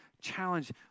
challenge